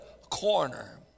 corner